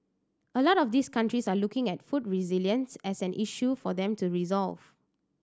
a lot of these countries are looking at food resilience as an issue for them to resolve